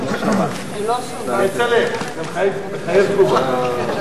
כצל'ה, זה מחייב תגובה.